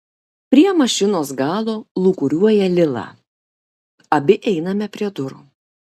prie mašinos galo lūkuriuoja lila abi einame prie durų